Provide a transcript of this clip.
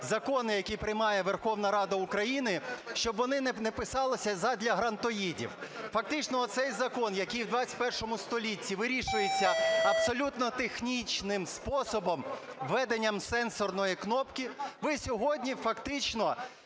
закони, які приймає Верховна Рада України, щоб вони не писалися задля "грантоїдів". Фактично, цей закон, який в ХХІ столітті вирішується абсолютно технічним способом, введенням сенсорної кнопки, ви сьогодні, фактично,